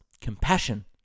Compassion